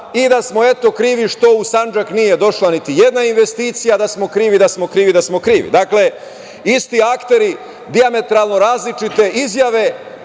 i da smo eto krivi što u Sandžak nije došla niti jedna investicija, da smo krivi, da smo krivi, da smo krivi. Dakle, isti akteri dijametralno različite izjave,